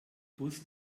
bus